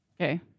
Okay